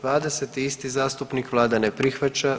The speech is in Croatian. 20. isti zastupnik, Vlada ne prihvaća.